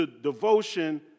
devotion